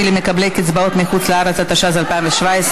למקבלי קצבאות מחוץ-לארץ), התשע"ז 2017,